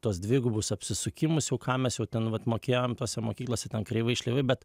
tuos dvigubus apsisukimus jau ką mes jau ten vat mokėjom tose mokyklose ten kreivai šleivai bet